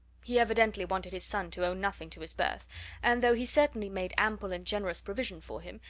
he evidently wanted his son to owe nothing to his birth and though he certainly made ample and generous provision for him,